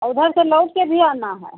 औ उधर से लौट के भी आना है